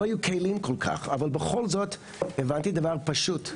לא היו כלים כל כך, אבל בכל זאת הבנתי דבר פשוט,